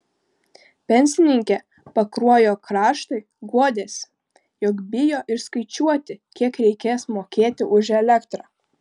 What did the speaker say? pensininkė pakruojo kraštui guodėsi jog bijo ir skaičiuoti kiek reikės mokėti už elektrą